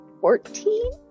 fourteen